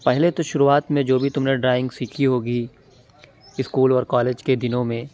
پہلے تو شروعات میں جو بھی تم نے ڈرائنگ سیکھی ہوگی اسکول اور کالج کے دِنوں میں